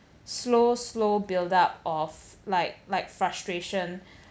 slow slow build-up of like like frustration